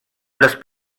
los